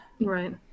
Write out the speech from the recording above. right